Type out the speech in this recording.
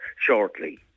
shortly